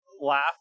laugh